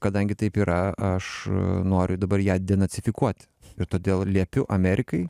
kadangi taip yra aš noriu dabar ją denacifikuot ir todėl liepiu amerikai